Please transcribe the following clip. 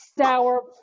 sour